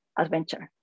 adventure